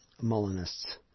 Molinists